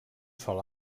sol